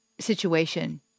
situation